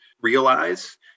realize